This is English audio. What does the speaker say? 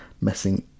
messing